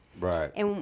Right